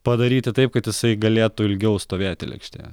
padaryti taip kad jisai galėtų ilgiau stovėti lėkštėje